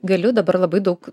galiu dabar labai daug